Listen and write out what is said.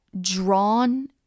drawn